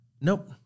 nope